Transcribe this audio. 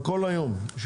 תוך חודש תעמוד בזה?